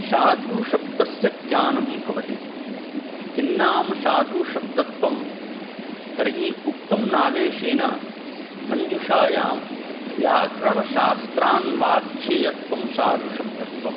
साधुशब्दस्य ज्ञानं भवति किं नाम साधुशब्दत्वं तर्हि उक्तं नागेशेन मञ्जुषायां व्याकरणशास्त्रान् व्याखित्वं साधुशब्दत्वम्